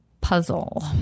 Puzzle